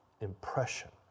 impression